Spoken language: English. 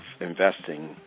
investing